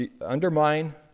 undermine